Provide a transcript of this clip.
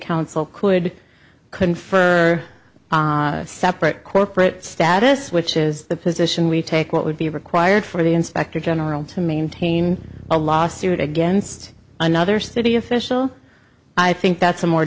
council could couldn't for separate corporate status which is the position we take what would be required for the inspector general to maintain a lawsuit against another city official i think that's a more